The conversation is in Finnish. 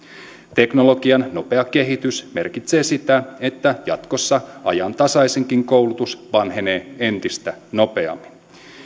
teknologian nopea kehitys merkitsee sitä että jatkossa ajantasaisinkin koulutus vanhenee entistä nopeammin